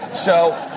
so,